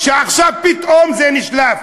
ועכשיו פתאום זה נשלף.